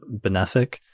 benefic